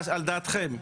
על דעתכם.